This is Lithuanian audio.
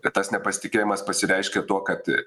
kad tas nepasitikėjimas pasireiškė tuo kad